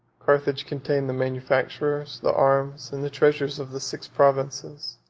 carthage contained the manufactures, the arms, and the treasures of the six provinces.